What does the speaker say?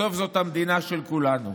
בסוף זאת המדינה של כולנו.